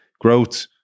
Growth